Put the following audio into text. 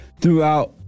Throughout